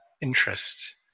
interest